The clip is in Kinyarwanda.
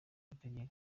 kageni